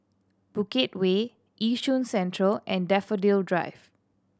Bukit Way Yishun Central and Daffodil Drive